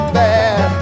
bad